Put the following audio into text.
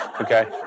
Okay